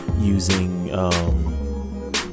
using